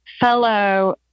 fellow